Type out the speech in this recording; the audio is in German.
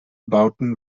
bauten